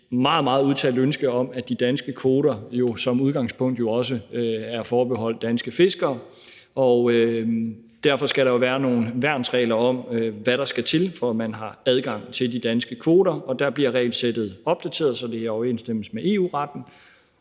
meget udtalt ønske om – at de danske kvoter som udgangspunkt er forbeholdt danske fiskere, og derfor skal der jo være nogle værnsregler om, hvad der skal til, for at man har adgang til de danske kvoter. Der bliver regelsættet opdateret, så det er i overensstemmelse med EU-retten.